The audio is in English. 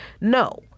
no